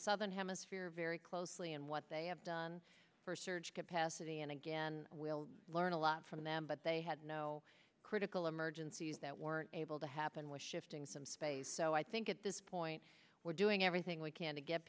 southern hemisphere very closely and what they have done for surge capacity and again we'll learn a lot from them but they had no critical emergencies that weren't able to happen with shifting some space so i think at this point we're doing everything we can